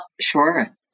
Sure